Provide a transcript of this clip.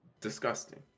disgusting